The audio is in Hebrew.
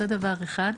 זה דבר אחד.